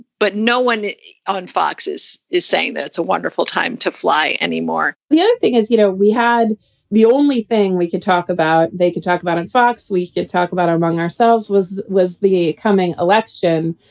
but no one on fox is is saying that it's a wonderful time to fly anymore the other thing is, you know, we had the only thing we can talk about. they could talk about on and fox. we can talk about our among ourselves was was the coming election,